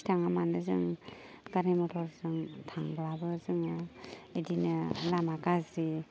थाङा मानो जों गारि मथरजों थांब्लाबो जोङो बिदिनो लामा गाज्रि